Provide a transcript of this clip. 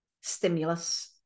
stimulus